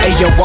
Ayo